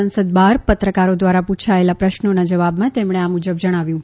સંસદ બહાર પત્રકારો ધ્વારા પુછાયેલા પ્રશ્નોના જવાબમાં તેમણે આ મુજબ જણાવ્યું હતું